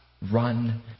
Run